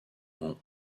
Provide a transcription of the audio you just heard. ont